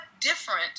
different